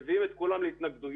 מביאים את כולם להתנגדויות